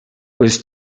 was